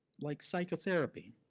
like psychotherapy,